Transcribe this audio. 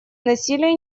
насилие